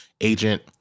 agent